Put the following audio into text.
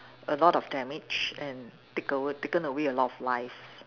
a lot of damage and take over taken away a lot of lives